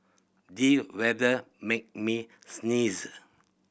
the weather made me sneeze